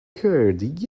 curd